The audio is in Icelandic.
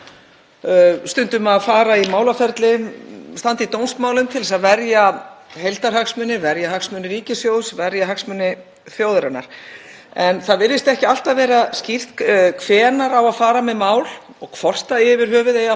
En það virðist ekki alltaf vera skýrt hvenær eða hvort yfir höfuð eigi að fara með mál fyrir dómstóla, til að mynda þegar ráðherrar hafa gerst brotlegir við lög og ekki síst ef ráðherrar hafa gerst brotlegir við lög